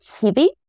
heavy